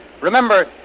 Remember